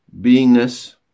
beingness